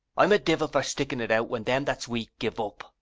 i'm a divil for sticking it out when them that's weak give up.